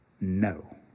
no